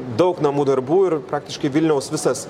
daug namų darbų ir praktiškai vilniaus visas